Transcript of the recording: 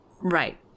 right